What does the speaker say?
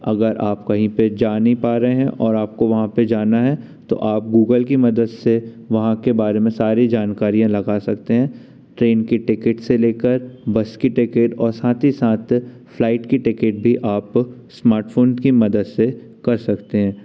अगर आप कहीं पे जा नहीं पा रहे हैं और आपको वहाँ पे जाना है तो आप गूगल की मदद से वहाँ के बारे में सारी जानकारियाँ लगा सकते हैं ट्रेन के टिकिट से लेकर बस की टिकिट और साथ ही साथ फ्लाइट की टिकिट भी आप स्मार्टफोन की मदद से कर सकते हैं